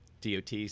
DOTs